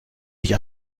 nicht